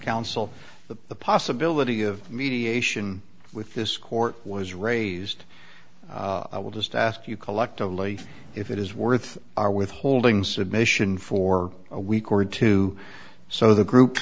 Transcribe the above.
but the possibility of mediation with this court was raised i would just ask you collectively if it is worth our withholding submission for a week or two so the group